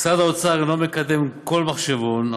משרד האוצר אינו מקדם כל מחשבון.